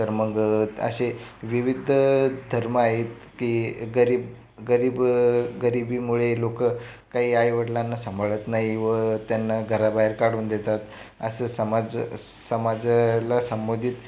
तर मग असे विविध धर्म आहेत की गरीब गरीब गरिबीमुळे लोक काही आईवडिलांना सांभाळत नाही व त्यांना घराबाहेर काढून देतात असा समाज समाजाला संबोधित करतात